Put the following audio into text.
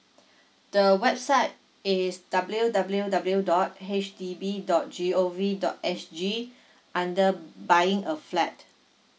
the website is W W W dot H D B dot G O V dot S G under buying a flat